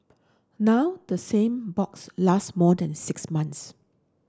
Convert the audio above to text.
now the same box lasts more than six months